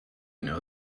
know